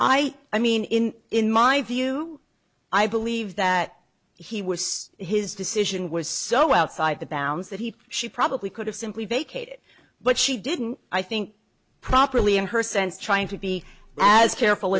i i mean in in my view i believe that he was his decision was so outside the bounds that he she probably could have simply vacated but she didn't i think properly in her sense trying to be as careful